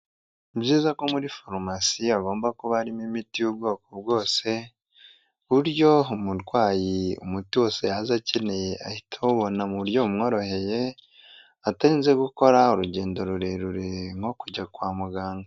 Ni byiza ko muri farumasi hagomba kuba harimo imiti y'ubwoko bwose ku buryo umurwayi umuti wose yaza akeneye ahita awubona mu buryo bumworoheye atarinze gukora urugendo rurerure nko kujya kwa muganga.